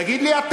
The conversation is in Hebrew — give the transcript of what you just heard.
תגיד לי אתה.